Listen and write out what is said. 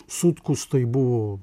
sutkus tai buvo